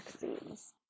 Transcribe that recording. vaccines